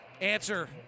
answer